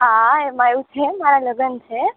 હાં એમાં એવું છે મારા લગ્ન છે